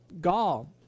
gall